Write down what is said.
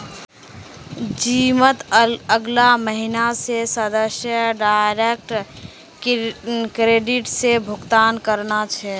जिमत अगला महीना स सदस्यक डायरेक्ट क्रेडिट स भुक्तान करना छ